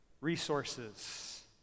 resources